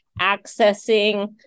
accessing